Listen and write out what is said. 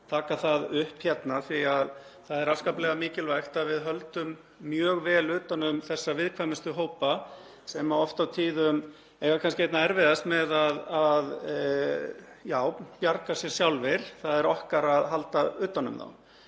taka það upp af því að það er afskaplega mikilvægt að við höldum mjög vel utan um þessa viðkvæmustu hópa, sem oft á tíðum eiga kannski einna erfiðast með að bjarga sér sjálfir. Það er okkar að halda utan um þá.